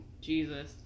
Jesus